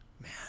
Man